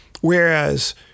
Whereas